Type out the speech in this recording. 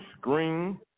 screen